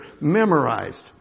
memorized